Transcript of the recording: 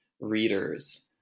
readers